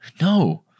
No